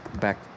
back